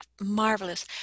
marvelous